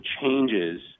changes